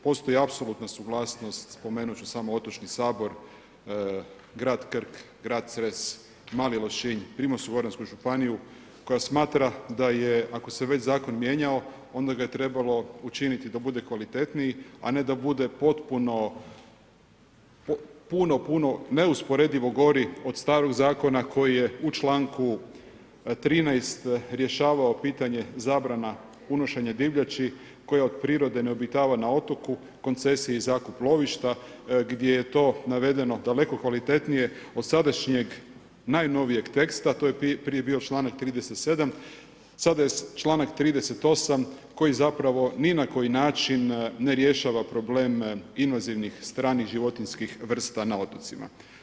Postoji apsolutna suglasnost, spomenut ću samo Otočni sabor, grad Krk, grad Cres, Mali Lošinj, Primorsko-goransku županiju koja smatra da ako se već zakon mijenjao, onda ga je trebalo učiniti da bude kvalitetniji, a ne da bude potpuno puno, puno neusporedivo gori od staroga zakona koji je u članku 13. rješavao pitanje zabrana unošenja divljači koja od prirode ne obitava na otoku, koncesiji i zakupu lovišta gdje je to navedeno daleko kvalitetnije od sadašnjeg najnovijeg teksta, to je prije bio članak 37., sada je članak 38. koji zapravo ni na koji način ne rješava probleme invazivnih stranih životinjskih vrsta na otocima.